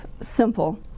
simple